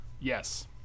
Yes